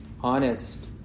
honest